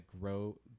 grow